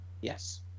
Yes